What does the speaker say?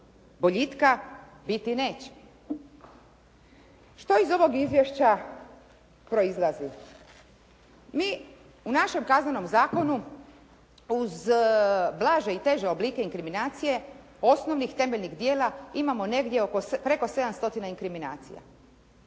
boljitka biti neće. Što iz ovog izvješća proizlazi? Mi u našem Kaznenom zakonu uz blaže i teže oblike inkriminacije osnovnih temeljnih djela imamo negdje preko 700 inkriminacija.